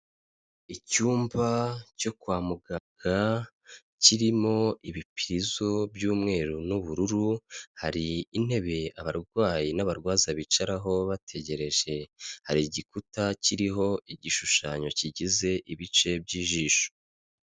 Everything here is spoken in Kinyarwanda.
Icyumba cyo kwa muganga kirimo ibipurizo by'umweru n'ubururu, hari intebe abarwayi n'abarwaza bicaraho bategereje, hari igikuta kiriho igishushanyo kigize ibice by'ijisho.